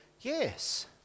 yes